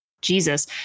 Jesus